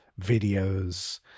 videos